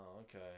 okay